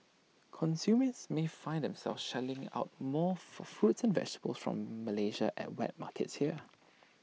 consumers may find themselves shelling out more for fruits and vegetables from Malaysia at wet markets here